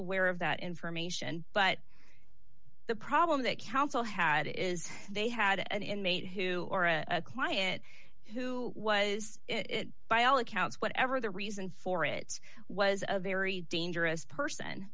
aware of that information but the problem that council had is they had an inmate who or a client who was by all accounts whatever the reason for it was a very dangerous person